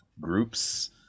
groups